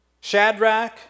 Shadrach